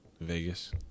Vegas